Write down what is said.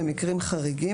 במקרים חריגים,